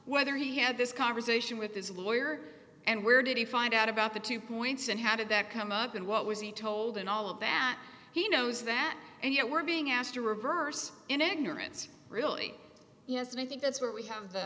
whether he had this conversation with his lawyer and where did he find out about the two points and how did that come up and what was he told and all of that he knows that you know we're being asked to reverse in ignorance really yes and i think that's where we